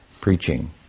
preaching